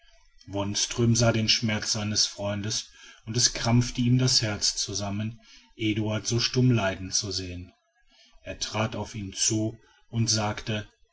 wonström sah den schmerz seines freundes und es krampfte ihm das herz zusammen eduard so stumm leiden zu sehen er trat auf ihn zu und sagte